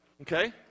Okay